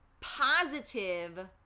positive